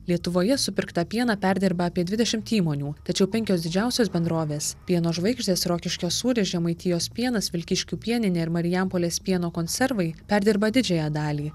lietuvoje supirktą pieną perdirba apie dvidešimt įmonių tačiau penkios didžiausios bendrovės pieno žvaigždės rokiškio sūris žemaitijos pienas vilkyškių pieninė ir marijampolės pieno konservai perdirba didžiąją dalį